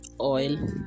oil